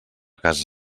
casa